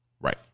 Right